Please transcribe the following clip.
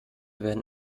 werden